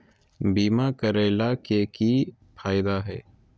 बीमा करैला के की फायदा है?